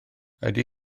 ydy